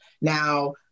Now